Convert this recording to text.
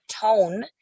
tone